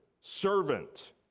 servant